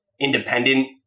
independent